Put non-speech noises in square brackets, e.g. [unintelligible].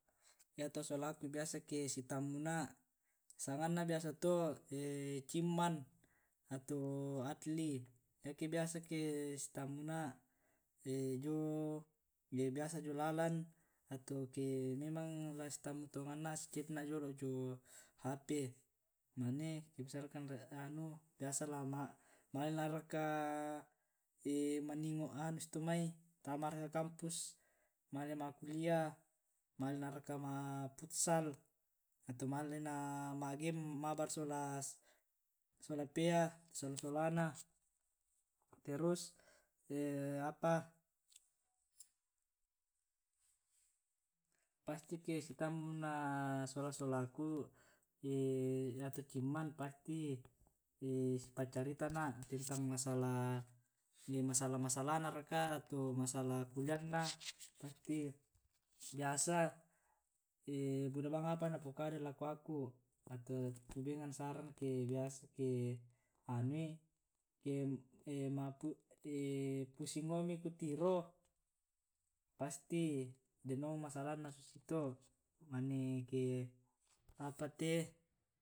yato solaku biasa eke sitammu na' sanganna biasa to [hesitation] cimman atau adli eke biasa ke sitammuna' [hesitation] jio biasa jio lalan atau biasa ke memang eke la sitammu tonganna' si chat na jolo jio hp, mane misalkan anu biasa male na raka [hesitation] maningo anu susi to' mai tama raka kampus, male ma' kulia male na raka ma' futsal atau malena ma' game mabar sola sola pea sola solana, terus [hesitation] apa, pasti ke sitammu na sola solaku [hesitation] yato cimman pasti [hesitation] si paccarita na' tentang masalah. masalah masalah na raka atau masalah kuliah na pasti biasa [hesitation] buda bang apa na pukada lako aku atau ku bengan saran biasa ke anui ke [hesitation] pusing omi kutiro pasti den omo masalah na susito' mane ke apate [unintelligible] [noise]